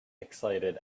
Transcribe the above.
excited